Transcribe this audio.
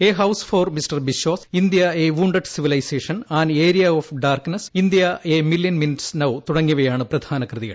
A house for mister Biswas India a wounded civilisation an area of darkness India a million minutes now തുടങ്ങിയവയാണ് പ്രധാന കൃതികൾ